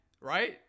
right